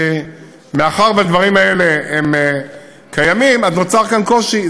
מאחר שהדברים האלה קיימים, אז נוצר כאן קושי.